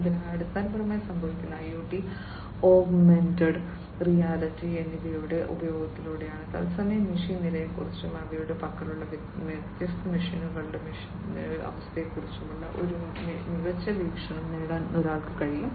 അതിനാൽ അടിസ്ഥാനപരമായി സംഭവിക്കുന്നത് IoT ഓഗ്മെന്റഡ് റിയാലിറ്റി എന്നിവയുടെ ഉപയോഗത്തിലൂടെയാണ് തത്സമയ മെഷീൻ നിലയെക്കുറിച്ചും അവരുടെ പക്കലുള്ള വ്യത്യസ്ത മെഷീനുകളുടെ മെഷീനുകളുടെ അവസ്ഥയെക്കുറിച്ചും ഒരു മികച്ച വീക്ഷണം നേടാൻ ഒരാൾക്ക് കഴിയും